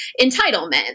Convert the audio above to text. Entitlement